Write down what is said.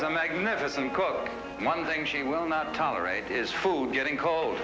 a magnificent cook one thing she will not tolerate is food getting cold